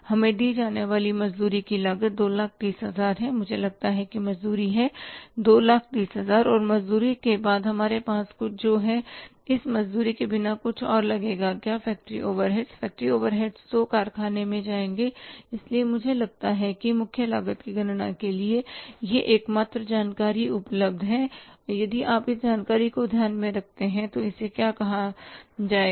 हमें दी जाने वाली मजदूरी लागत 230000 है मुझे लगता है कि मजदूरी रु 230000 और मजदूरी के बाद हमारे पास जो कुछ भी है इस मजदूरी के लिए कुछ और लगेगा क्या फ़ैक्टरी ओवरहेड्स फ़ैक्टरी ओवरहेड्स तो कारखाने में जाएंगे इसलिए मुझे लगता है कि मुख्य लागत की गणना के लिए यह एकमात्र जानकारी उपलब्ध है और यदि आप इस जानकारी को ध्यान में रखते हैं तो इसे क्या कहा जाएगा